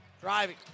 driving